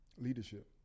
Leadership